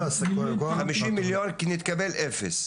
חמישים מיליון, ונתקבל אפס.